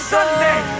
Sunday